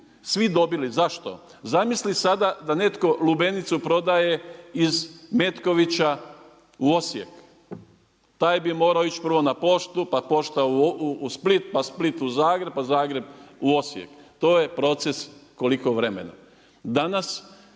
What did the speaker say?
svi dobili. Zašto? Zamisli sada da netko lubenicu prodaje iz Metkovića u Osijek? Taj bi morao ići prvo na poštu, pa pošta u Split, pa Split u Zagreb, pa Zagreb u Osijek. To je proces koliko vremena. Danas